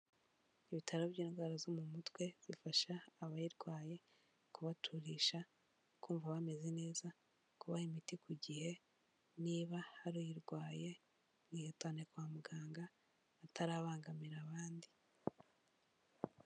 Ibitaro by'indwara zo mu mutwe bifasha abayirwaye kubaturisha, kumva bameze neza, kubaha imiti ku gihe, niba hari uyirwaye mwihutane kwa muganga atarabangamira abandi.